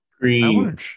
Green